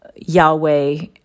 Yahweh